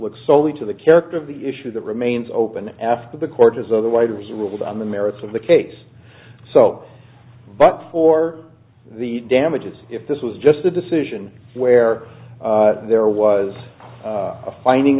looks only to the character of the issue that remains open after the court has other writers ruled on the merits of the case so but for the damages if this was just a decision where there was a finding